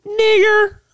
nigger